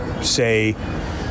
say